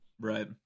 right